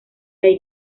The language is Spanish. ahí